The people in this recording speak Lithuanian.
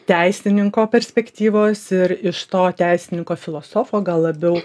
teisininko perspektyvos ir iš to teisininko filosofo gal labiau